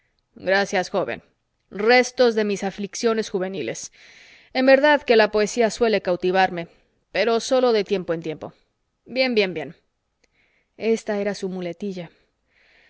gracias joven restos de mis aficiones juveniles en verdad que la poesía suele cautivarme pero sólo de tiempo en tiempo bien bien bien esta era su muletilla